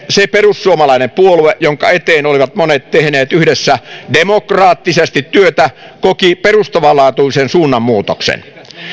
se perussuomalainen puolue jonka eteen olivat monet tehneet yhdessä demokraattisesti työtä koki perustavanlaatuisen suunnanmuutoksen